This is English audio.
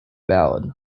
ballad